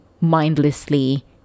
mindlessly